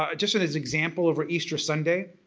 ah just in this example over easter sunday,